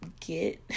get